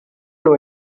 know